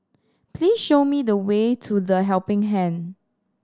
please show me the way to The Helping Hand